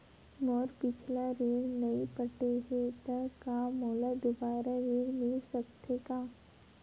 मोर पिछला ऋण नइ पटे हे त का मोला दुबारा ऋण मिल सकथे का?